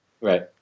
Right